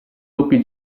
doppio